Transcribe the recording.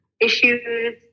issues